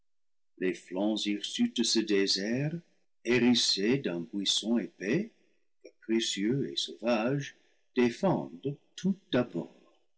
les flancs hirsutes de ce désert hérissés d'un buisson épais capricieux et sauvage défendent tout abord